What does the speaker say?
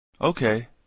Okay